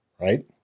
right